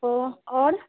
ओह और